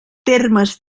termes